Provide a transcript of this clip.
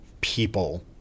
people